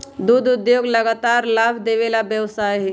दुध उद्योग लगातार लाभ देबे वला व्यवसाय हइ